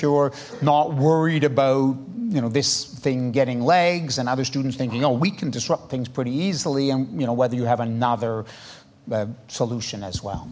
you're not worried about you know this thing getting legs and other students think you know we can disrupt things pretty easily and you know whether you have another solution as well